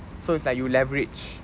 so it's like you leverage